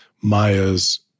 Maya's